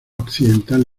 occidental